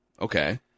okay